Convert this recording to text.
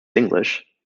english